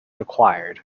required